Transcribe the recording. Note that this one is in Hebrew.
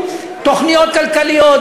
הסבירו תוכניות כלכליות,